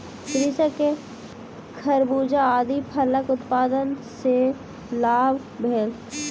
कृषक के खरबूजा आदि फलक उत्पादन सॅ लाभ प्राप्त भेल